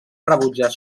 rebutjar